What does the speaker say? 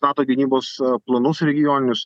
nato gynybos planus regioninius